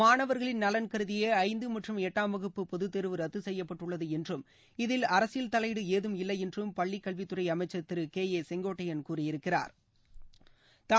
மாணவா்களின் நலன் கருதியே ஐந்து மற்றும் எட்டாம் வகுப்பு பொதுத்தோ்வு ரத்து செய்யப்பட்டுள்ளது என்றும் இதில் அரசியல் தலையீடு ஏதும் இல்லையென்றும் பள்ளி கல்வித்துறை அமைச்சா் திரு கே ஏ செங்கோட்டையன் கூறியிருக்கிறாா்